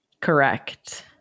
Correct